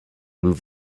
move